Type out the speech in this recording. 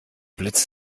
blitz